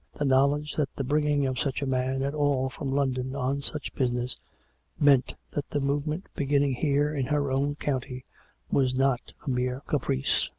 the knowledge that the bringing of such a man at all from london on such business meant that the movement beginning here in her own county was not a mere caprice.